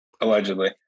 allegedly